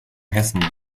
hessen